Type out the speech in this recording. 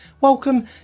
Welcome